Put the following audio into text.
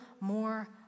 more